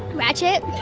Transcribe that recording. ratchet?